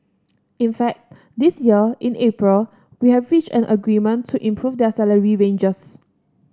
in fact this year in April we have reached an agreement to improve their salary ranges